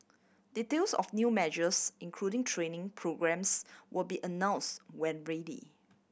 details of new measures including training programmes will be announce when ready